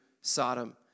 Sodom